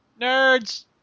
Nerds